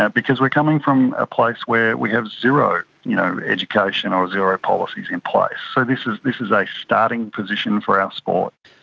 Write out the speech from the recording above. ah because we're coming from a place where we have zero you know education or zero policies in place. so this is this is a starting position for our sport.